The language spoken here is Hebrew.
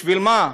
בשביל מה,